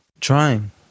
trying